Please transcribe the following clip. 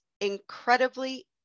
incredibly